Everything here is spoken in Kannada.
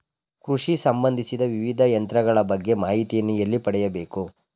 ಕೃಷಿ ಸಂಬಂದಿಸಿದ ವಿವಿಧ ಯಂತ್ರಗಳ ಬಗ್ಗೆ ಮಾಹಿತಿಯನ್ನು ಎಲ್ಲಿ ಪಡೆಯಬೇಕು?